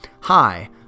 Hi